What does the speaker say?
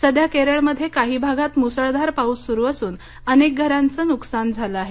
सध्या केरळमध्ये काही भागात मुसळधार पाऊस सुरू असून अनेक घरांच न्कसान झालं आहे